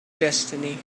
destiny